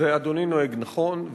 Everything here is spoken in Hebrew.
ואדוני נוהג נכון.